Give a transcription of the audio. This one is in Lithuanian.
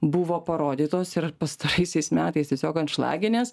buvo parodytos ir pastaraisiais metais tiesiog anšlagenės